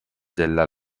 della